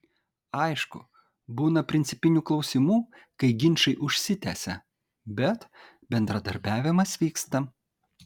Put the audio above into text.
aišku būna principinių klausimų kai ginčai užsitęsia bet bendradarbiavimas vyksta